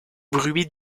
bruits